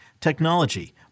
technology